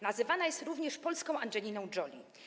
Nazywana jest również polską Angeliną Jolie.